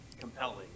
compelling